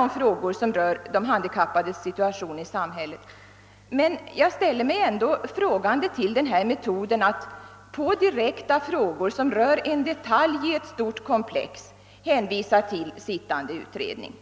spörsmål, som rör de handikappades situation i samhället, framåt, men jag ställer mig undrande till denna metod att på direkta frågor som rör en detalj i ett stort komplex hänvisa till en sittande utredning.